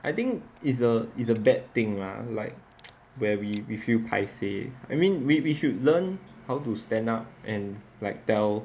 I think it's a it's a bad thing lah like where we we feel I mean we should learn how to stand up and like tell